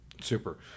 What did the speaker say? super